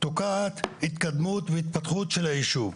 תוקעת התקדמות והתפתחות של היישוב.